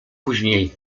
później